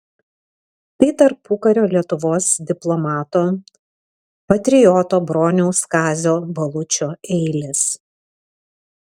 tai tarpukario lietuvos diplomato patrioto broniaus kazio balučio eilės